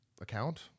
account